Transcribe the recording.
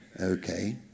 Okay